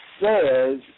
says